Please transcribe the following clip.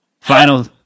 Final